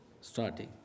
starting